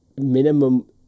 minimum